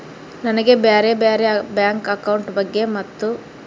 ನನಗೆ ಬ್ಯಾರೆ ಬ್ಯಾರೆ ಬ್ಯಾಂಕ್ ಅಕೌಂಟ್ ಬಗ್ಗೆ ಮತ್ತು?